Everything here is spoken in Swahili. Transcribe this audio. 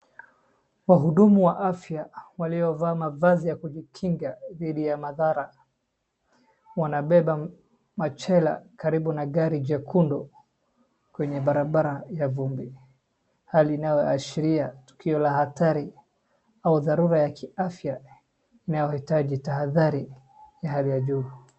Wahudumu wa afya waliovaa mavazi ya kujikinga dhidi ya madhara wanabeba machela karibu na gari jekundu kwenye barabara ya vumbi. Hali inayoashiria tukio la hatari au dharura ya kiafya inayohitaji tahdhari ya hali ya juu.